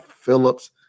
Phillips